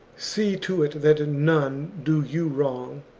see to it that none do you wrong,